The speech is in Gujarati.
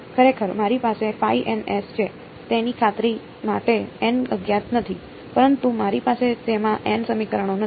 ખરેખર મારી પાસે s છે તેની ખાતરી માટે n અજ્ઞાત નથી પરંતુ મારી પાસે તેમાં n સમીકરણો નથી